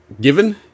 given